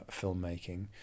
filmmaking